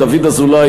דוד אזולאי,